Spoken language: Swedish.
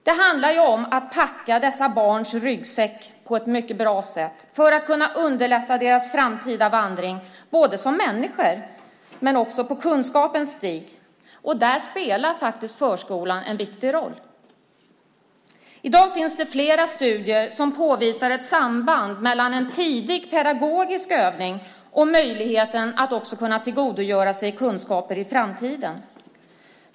Det handlar om att packa barnens ryggsäck väl för att underlätta deras framtida vandring både som människor och på kunskapens stig. Där spelar faktiskt förskolan en viktig roll. I dag finns det flera studier som påvisar ett samband mellan en tidig pedagogisk övning och möjligheten att tillgodogöra sig kunskaper i framtiden.